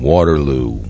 Waterloo